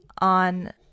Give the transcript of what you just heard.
on